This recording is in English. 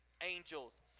angels